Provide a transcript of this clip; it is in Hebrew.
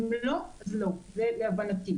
אם לא אז לא, כך להבנתי.